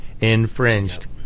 infringed